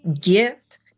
gift